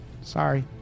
Sorry